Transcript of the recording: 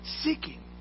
seeking